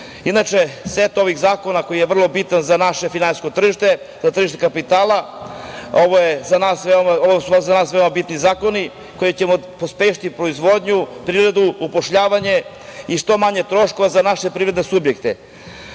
Srbije. Inače, set ovih zakona koji je veoma bitan za naše finansijsko tržište, na tržište kapitala, ovo su za nas veoma bitni zakoni kojim ćemo pospešiti proizvodnju, prirodu, upošljavanje i što manje troškova za naše privredne subjekte. Svi